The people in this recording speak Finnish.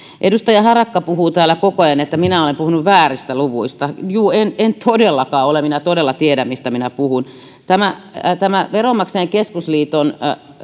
edustaja harakka puhuu täällä koko ajan että minä olen puhunut vääristä luvuista juu en en todellakaan ole minä todella tiedän mistä minä puhun tämä tämä veronmaksajain keskusliiton